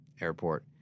airport